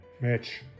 Mitch